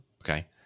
Okay